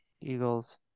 Eagles